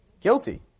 Guilty